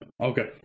Okay